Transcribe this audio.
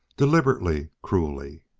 deliberately cruelly.